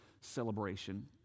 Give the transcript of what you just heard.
celebration